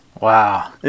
Wow